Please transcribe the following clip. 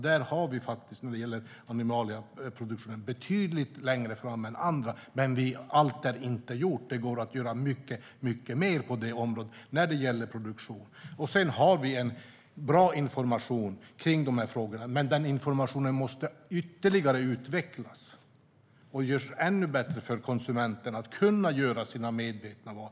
Där ligger vi betydligt längre fram än andra när det gäller animalieproduktionen. Men allt är inte gjort; det går att göra mycket mer på detta område. Vi har bra information om dessa frågor, men informationen måste ytterligare utvecklas och göras ännu bättre så att konsumenten kan göra sina medvetna val.